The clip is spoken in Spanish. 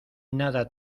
nada